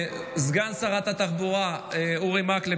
סגן שרת התחבורה אורי מקלב,